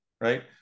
right